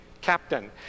captain